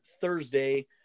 Thursday